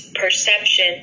perception